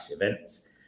events